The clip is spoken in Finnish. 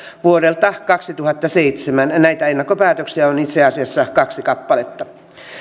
vuodelta kaksituhattaseitsemän näitä ennakkopäätöksiä on itse asiassa kaksi kappaletta